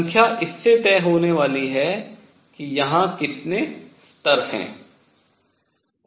संख्या इससे तय होने वाली है कि यहाँ कितने स्तर हैं